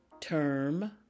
Term